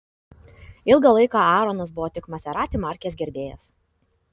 ilgą laiką aaronas buvo tik maserati markės gerbėjas